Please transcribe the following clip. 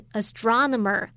astronomer